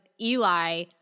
Eli